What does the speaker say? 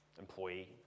employee